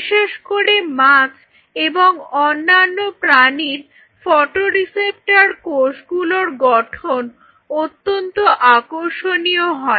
বিশেষ করে মাছ এবং অন্যান্য প্রাণী ফটো রিসেপ্টর কোষগুলির গঠন অত্যন্ত আকর্ষণীয় হয়